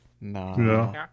No